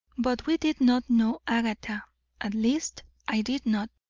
but we did not know agatha at least i did not.